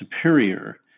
superior